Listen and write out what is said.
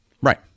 Right